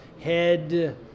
head